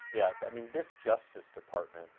yeah i mean this justice department,